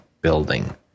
building